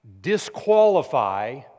disqualify